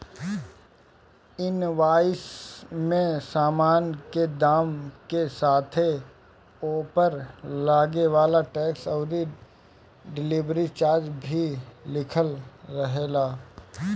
invoice में सामान के दाम के साथे ओपर लागे वाला टेक्स अउरी डिलीवरी चार्ज भी लिखल रहेला